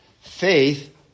faith